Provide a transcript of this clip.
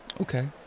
Okay